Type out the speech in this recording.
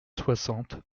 soixante